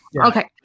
Okay